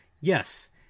yes